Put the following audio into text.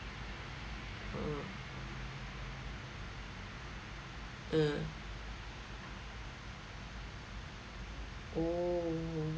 uh uh oh